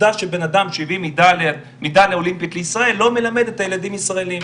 עובדה שבנאדם שהביא מדליה אולימפית לישראל לא מלמד את הילדים הישראלים.